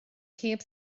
heb